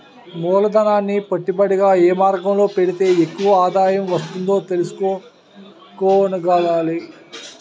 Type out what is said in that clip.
మూలధనాన్ని పెట్టుబడిగా ఏ మార్గంలో పెడితే ఎక్కువ ఆదాయం వస్తుందో తెలుసుకోగలగాలి